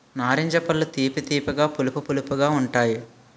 నారింజ పళ్ళు తీపి తీపిగా పులుపు పులుపుగా ఉంతాయి